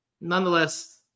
Nonetheless